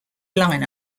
line